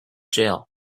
jail